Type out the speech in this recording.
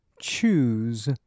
choose